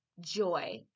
joy